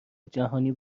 جهانی